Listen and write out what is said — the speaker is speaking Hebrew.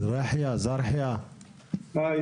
היי,